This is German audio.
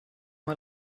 mal